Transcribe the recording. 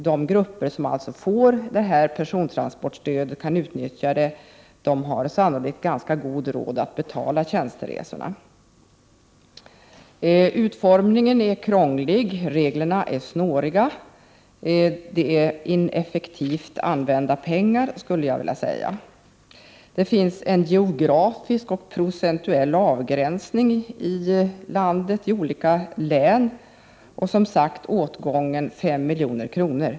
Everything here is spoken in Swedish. De grupper som kan utnyttja persontransportstödet har sannolikt ganska god råd att betala tjänsteresorna. Utformningen är krånglig, reglerna är snåriga, och jag skulle vilja säga att det är ineffektivt använda pengar. Det finns en geografisk och procentuell avgränsning i landet, i olika län, och åtgången är som sagt 5 milj.kr.